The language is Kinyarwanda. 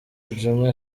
djuma